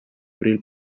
abril